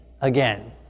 again